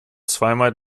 zweimal